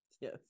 Yes